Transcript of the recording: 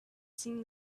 seemed